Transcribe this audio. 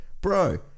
Bro